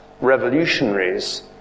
revolutionaries